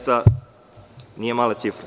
To nije mala cifra.